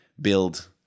build